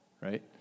right